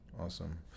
Awesome